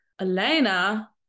Elena